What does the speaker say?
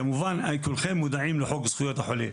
כמובן כולכם מודעים לחוק זכויות החולה,